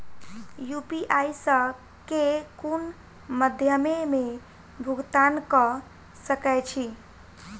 UPI सऽ केँ कुन मध्यमे मे भुगतान कऽ सकय छी?